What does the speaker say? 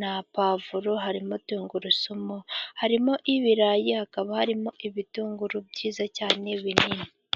na puwavuro, harimo tungurusumu, harimo ibirayi hakaba harimo ibitunguru byiza cyane binini.